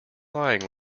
lying